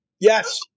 Yes